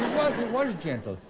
was gentle.